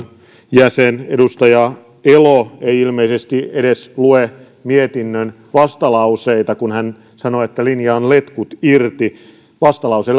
jäsen edustaja elo ei ilmeisesti edes lue mietinnön vastalauseita kun hän sanoo että linja on letkut irti vastalause